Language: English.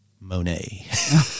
Monet